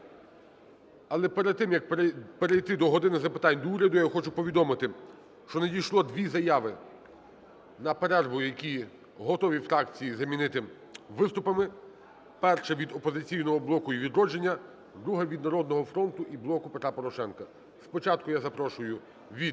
Але перед тим, як перейти до "години запитань до Уряду", я хочу повідомити, що надійшло дві заяви на перерву, які готові фракції замінити виступами. Перший – від "Опозиційного блоку" і "Відродження", другий – від "Народного фронту" і "Блоку Петра Порошенка". Спочатку я запрошую від